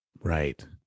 Right